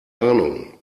ahnung